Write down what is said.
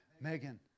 Megan